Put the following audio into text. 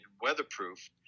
weatherproof